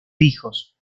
hijos